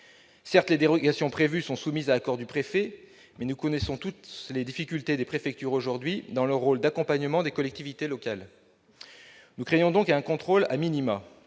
Certes, les dérogations prévues sont soumises à l'accord du préfet, mais nous connaissons tous les difficultés des préfectures, aujourd'hui, dans leur rôle d'accompagnement des collectivités locales. Nous craignons, à ce titre, un